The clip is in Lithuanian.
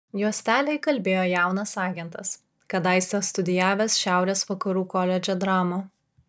juostelę įkalbėjo jaunas agentas kadaise studijavęs šiaurės vakarų koledže dramą